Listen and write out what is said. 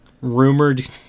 rumored